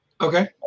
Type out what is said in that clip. Okay